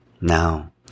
Now